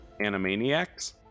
Animaniacs